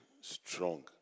Strong